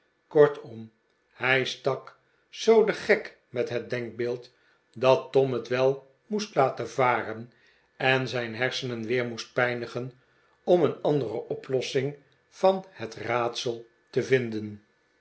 kortom hij stak zoo den gek met het denkbeeld dat tom het wel moest laten varen en zijn hersenen weer moest pijnigen om een andere oplossing van het raadsel te vinden